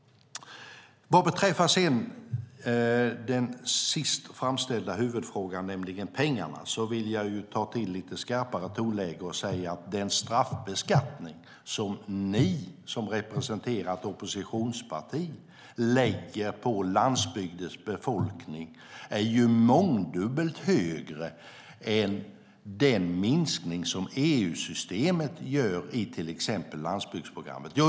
Vad beträffar den sist framställda huvudfrågan, nämligen om pengarna, vill jag ta till lite skarpare tonläge och säga att den straffbeskattning som ni, som representerar ett oppositionsparti, lägger på landsbygdens befolkning är mångdubbelt högre än den minskning som EU-systemet gör i till exempel landsbygdsprogrammet.